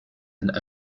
and